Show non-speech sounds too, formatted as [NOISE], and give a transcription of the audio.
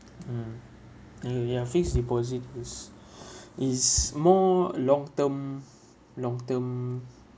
mm mmhmm ya fixed deposit is [BREATH] is more long term long term